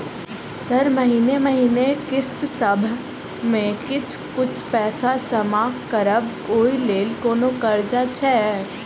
Sir महीने महीने किस्तसभ मे किछ कुछ पैसा जमा करब ओई लेल कोनो कर्जा छैय?